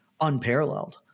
unparalleled